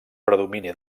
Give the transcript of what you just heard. predomini